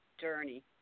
journey